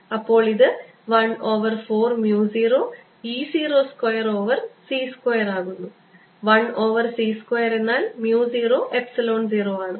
അപ്പോൾ ഇത് 1 over 4 mu 0 E 0 square over c സ്ക്വയറാകുന്നു 1 ഓവർ c സ്ക്വയർ എന്നാൽ mu 0 എപ്സിലോൺ 0 ആണ്